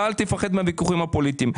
ואל תפחד מהוויכוחים הפוליטיים.